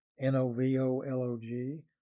N-O-V-O-L-O-G